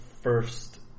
first